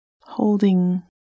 holding